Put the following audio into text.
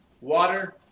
water